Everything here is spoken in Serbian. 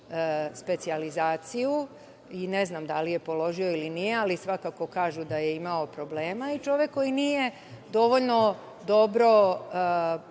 i ne znam da li je položio ili nije, svakako kažu da je imao problema i čovek koji nije dovoljno dobro